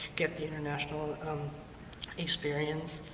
get the international experience.